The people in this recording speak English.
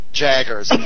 jaggers